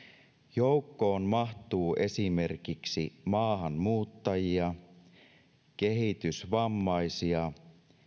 joukkoon mahtuu esimerkiksi maahanmuuttajia kehitysvammaisia